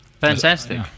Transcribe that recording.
Fantastic